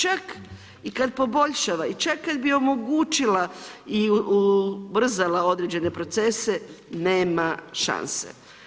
Čak i kad poboljšava i čak kad bi omogućila i ubrzala određene procese, nema šanse.